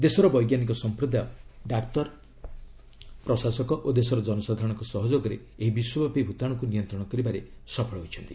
ଦେଶର ବୈଜ୍ଞାନିକ ସମ୍ପ୍ରଦାୟ' ଡାକ୍ତର ପ୍ରଶାସକା ଓ ଦେଶର ଜନସାଧାରଣଙ୍କ ସହଯୋଗରେ ଏହି ବିଶ୍ୱବ୍ୟାପୀ ଭୂତାଣୁକୁ ନିୟନ୍ତ୍ରଣ କରିବାରେ ସଫଳ ହୋଇଛନ୍ତି